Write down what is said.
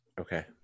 Okay